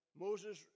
Moses